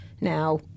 now